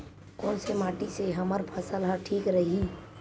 कोन से माटी से हमर फसल ह ठीक रही?